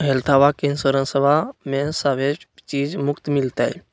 हेल्थबा के इंसोरेंसबा में सभे चीज मुफ्त मिलते?